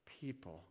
people